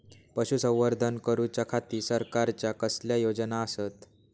पशुसंवर्धन करूच्या खाती सरकारच्या कसल्या योजना आसत?